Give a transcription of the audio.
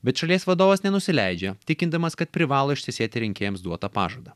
bet šalies vadovas nenusileidžia tikindamas kad privalo ištesėti rinkėjams duotą pažadą